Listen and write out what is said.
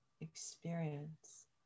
experience